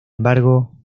embargo